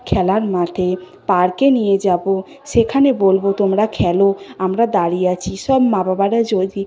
খেলার মাঠে পার্কে নিয়ে যাব সেখানে বলব তোমরা খেল আমরা দাঁড়িয়ে আছি সব মা বাবারা যদি